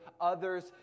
others